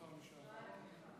אפשר למזוג מים?